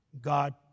God